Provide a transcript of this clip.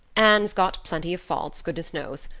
anne's got plenty of faults, goodness knows,